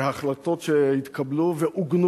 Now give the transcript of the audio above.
והחלטות שהתקבלו ועוגנו